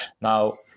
Now